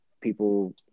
people